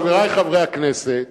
חברי חברי הכנסת,